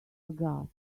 aghast